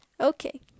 Okay